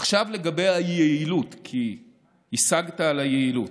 עכשיו לגבי היעילות, כי השגתָ על היעילות: